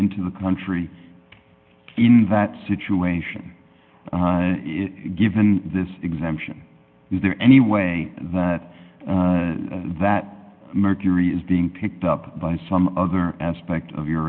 into the country in that situation given this exemption is there any way that that mercury is being picked up by some other aspect of your